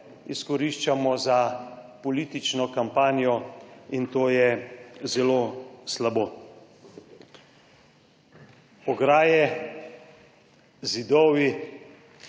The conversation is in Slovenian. izkoriščamo za politično kampanjo, in to je zelo slabo. Ograje, zidovi,